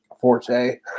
forte